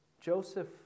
Joseph